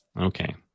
okay